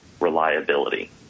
reliability